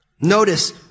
Notice